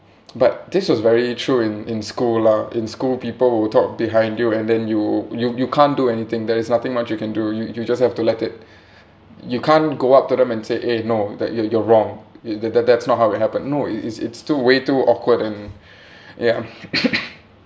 but this was very true in in school lah in school people will talk behind you and then you you you can't do anything there is nothing much you can do you you just have to let it you can't go up to them and say eh no that you're you're wrong it that that that's not how it happened no it's it's too way too awkward and ya